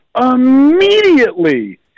immediately